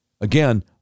Again